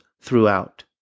throughout